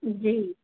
जी